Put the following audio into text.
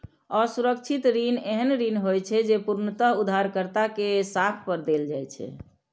असुरक्षित ऋण एहन ऋण होइ छै, जे पूर्णतः उधारकर्ता के साख पर देल जाइ छै